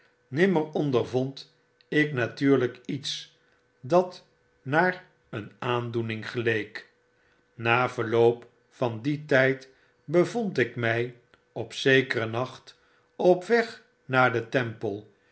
nimmer ondervond ik natuurlijk iets dat naar een aandoening geleek na verloop van dien tyd bevond ik my op zekeren nacht op weg naar den temple